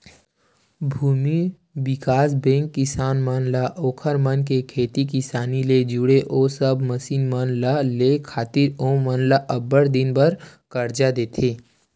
भूमि बिकास बेंक किसान मन ला ओखर मन के खेती किसानी ले जुड़े ओ सब मसीन मन ल लेय खातिर ओमन ल अब्बड़ दिन बर करजा देथे